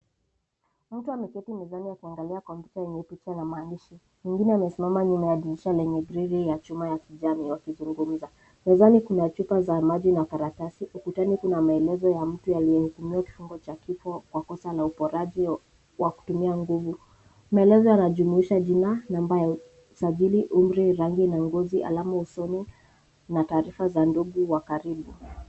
Mtu ameketi mezani akiangalia kompyuta yenye picha na maandishi. Mwingine amesimama nyuma ya dirisha lenye grili ya chuma ya kijani, wakizungumza. Mezani kuna chupa za maji na karatasi, ukutani kuna maelezo ya mtu yaliyotumia kiungo cha kifo kwa kosa la uporaji wa kutumia nguvu. Maelezo yanajumuisha jina, namba ya usajili, umri, rangi, na ngozi, alama usoni na maatarifa za ndugu wa karibu.